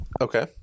Okay